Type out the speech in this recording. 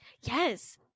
yes